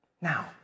Now